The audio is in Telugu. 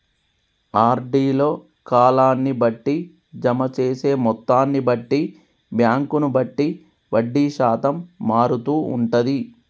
ఆర్డీ లో కాలాన్ని బట్టి, జమ చేసే మొత్తాన్ని బట్టి, బ్యాంకును బట్టి వడ్డీ శాతం మారుతూ ఉంటది